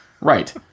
Right